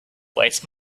waste